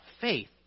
faith